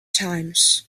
times